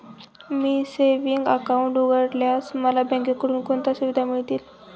मी savings account उघडल्यास मला बँकेकडून कोणत्या सुविधा मिळतील?